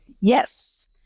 Yes